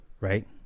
Right